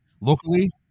locally